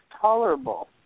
tolerable